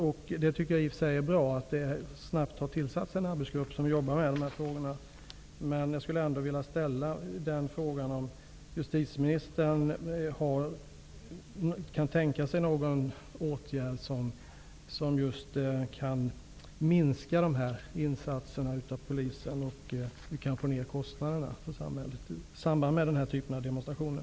Det är i och för sig bra att det snabbt har tillsatts en arbetsgrupp som jobbar med dessa frågor, men jag skulle ändå vilja fråga om justitieministern kan tänka sig någon åtgärd som kan minska polisens insatser och få ner kostnaderna för samhället i samband med den här typen av demonstrationer.